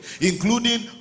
Including